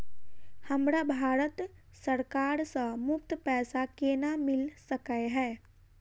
हमरा भारत सरकार सँ मुफ्त पैसा केना मिल सकै है?